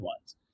ones